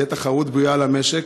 תהיה תחרות בריאה למשק,